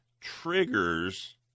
triggers